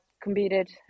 competed